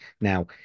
Now